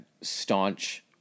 staunch